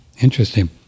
Interesting